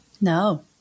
No